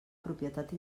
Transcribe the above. propietat